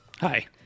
Hi